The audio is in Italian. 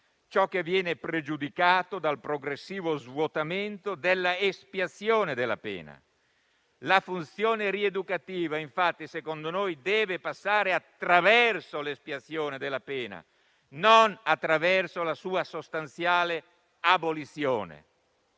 ciò che viene pregiudicato dal progressivo svuotamento dell'espiazione della pena. La funzione rieducativa, infatti, a nostro avviso, deve passare attraverso l'espiazione della pena, non attraverso la sua sostanziale abolizione.